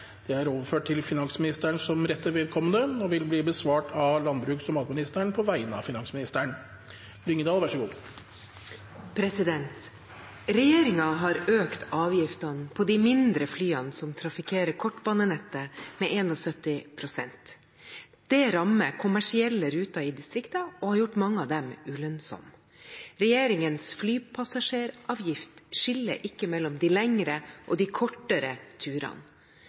er overført til finansministeren som rette vedkommende. Spørsmålet vil imidlertid bli besvart av landbruks- og matministeren på vegne av finansministeren, som er bortreist. «Regjeringen har økt avgiftene på de mindre flyene som trafikkerer kortbanenettet, med 71 prosent. Dette rammer kommersielle ruter i distriktet og har gjort mange av disse ulønnsomme. Regjeringens flypassasjeravgift skiller ikke mellom de lengre og de kortere turene.